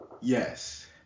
yes